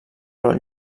però